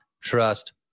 trust